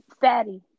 Fatty